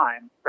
time